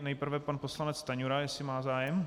Nejprve pan poslanec Stanjura, jestli má zájem?